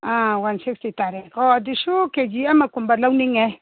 ꯑꯥ one sixty ꯇꯥꯔꯦꯀꯣ ꯑꯗꯨꯁꯨ K G ꯑꯃꯀꯨꯝꯕ ꯂꯧꯅꯤꯡꯉꯦ